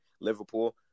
Liverpool